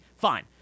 fine